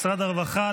משרד הרווחה,